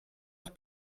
noch